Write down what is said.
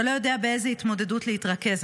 אתה לא יודע באיזו התמודדות להתרכז.